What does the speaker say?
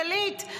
גלית,